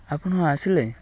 ଆପଣ ହଁ ଆସିଲେ